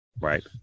Right